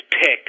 pick